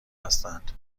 هستند